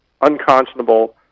unconscionable